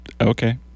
Okay